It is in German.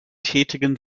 tätigen